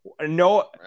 No